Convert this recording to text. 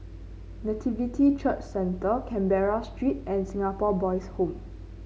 Nativity Church Centre Canberra Street and Singapore Boys' Home